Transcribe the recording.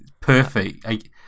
Perfect